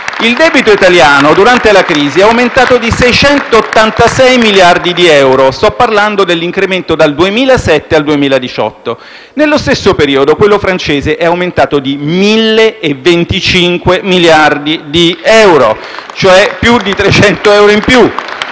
il debito italiano è aumentato di 686 miliardi di euro e sto parlando dell'incremento dal 2007 al 2018; nello stesso periodo quello francese è aumentato di 1.025 miliardi di euro, cioè più di 300 miliardi in più.